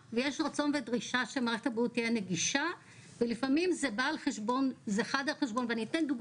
מדובר וכשאני שומע את נציגי הממשלה כאן ואני מחריג כאן